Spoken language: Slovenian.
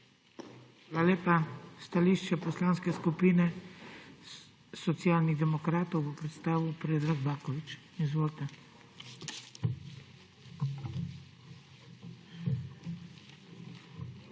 Hvala lepa. Stališče Poslanske skupine Socialnih demokratov bo predstavil Predrag Baković. Izvolite. **PREDRAG